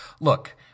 Look